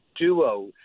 duo